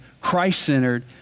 Christ-centered